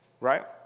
right